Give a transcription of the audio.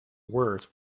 worse